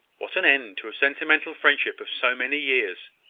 what an end to a sentimental friendship of so many years!